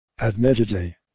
Admittedly